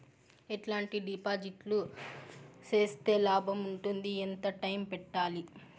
ఎట్లాంటి డిపాజిట్లు సేస్తే లాభం ఉంటుంది? ఎంత టైము పెట్టాలి?